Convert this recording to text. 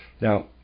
Now